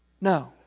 No